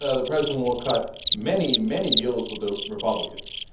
ah the president will cut many, many deals with the republicans,